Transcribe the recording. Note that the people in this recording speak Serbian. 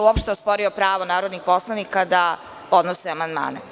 Uopšte nije osporio pravo narodnih poslanika da podnose amandmane.